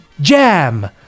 Jam